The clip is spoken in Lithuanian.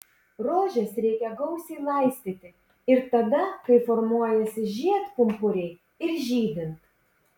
rožes reikia gausiai laistyti ir tada kai formuojasi žiedpumpuriai ir žydint